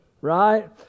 right